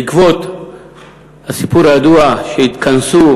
בעקבות הסיפור הידוע, שהתכנסו,